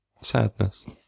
sadness